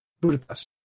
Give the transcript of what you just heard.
Budapest